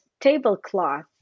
Tablecloth